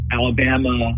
Alabama